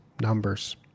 numbers